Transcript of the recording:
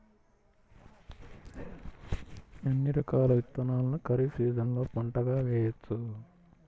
ఎన్ని రకాల విత్తనాలను ఖరీఫ్ సీజన్లో పంటగా వేయచ్చు?